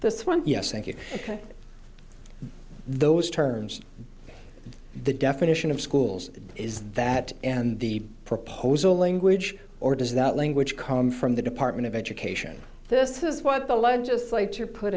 this one yes thank you those terms the definition of schools is that and the proposal language or does that language come from the department of education this is what the legislature put